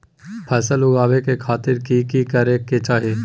फसल उगाबै के खातिर की की करै के चाही?